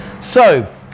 So-